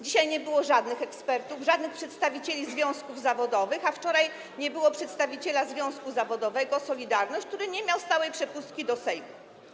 Dzisiaj nie było żadnych ekspertów, żadnych przedstawicieli związków zawodowych, a wczoraj nie było przedstawiciela związku zawodowego „Solidarność”, który nie miał stałej przepustki do Sejmu.